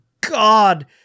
god